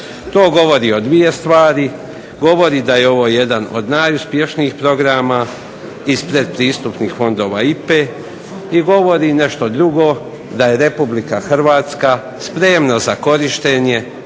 To govori o dvije stvari. Govori da je ovo jedan od najuspješnijih programa iz pretpristupnih fondova IPA-e i govori nešto drugo, da je Republika Hrvatska spremna za korištenje